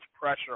pressure